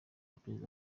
perezida